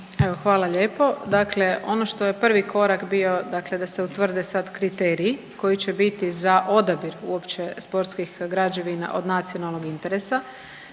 hvala lijepo. Dakle, ono što je prvi korak bio dakle da se utvrde sad kriteriji koji će biti za odabir uopće sportskih građevina od nacionalnog interesa,